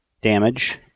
damage